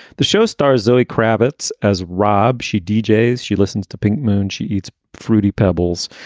the show stars zoe kravitz as rob. she deejay's she listens to pink moon, she eats fruity pebbles.